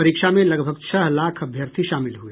परीक्षा में लगभग छह लाख अभ्यर्थी शामिल हुए